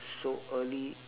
so early